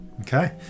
Okay